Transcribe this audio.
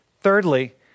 Thirdly